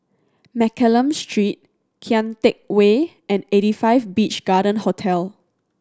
Mccallum Street Kian Teck Way and Eighty Five Beach Garden Hotel